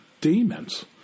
demons